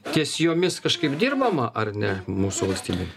ties jomis kažkaip dirbama ar ne mūsų valstybėj